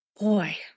boy